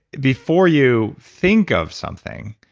before you think of something,